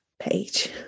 page